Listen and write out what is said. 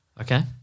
Okay